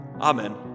Amen